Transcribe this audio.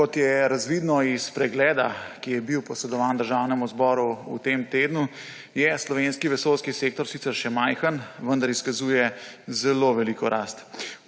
Kot je razvidno iz pregleda, ki je bil posredovan Državnemu zboru v tem tednu, je slovenski vesoljski sektor sicer še majhen, vendar izkazuje zelo veliko rast.